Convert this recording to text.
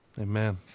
Amen